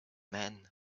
man